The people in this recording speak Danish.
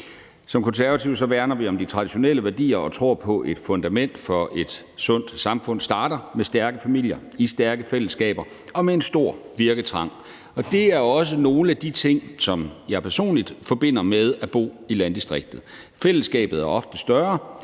Som Konservative værner vi om de traditionelle værdier og tror på, at et fundament for et sundt samfund starter med stærke familier i stærke fællesskaber med en stor virketrang. Det er også nogle af de ting, som jeg personligt forbinder med at bo i et landdistrikt. Fællesskabet er ofte større,